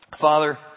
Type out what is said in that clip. Father